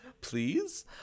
Please